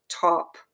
top